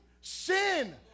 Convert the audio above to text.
sin